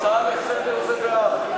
הצעה לסדר-היום זה בעד.